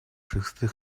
шестых